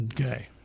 okay